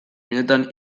unetan